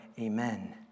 Amen